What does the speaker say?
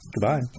Goodbye